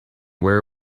where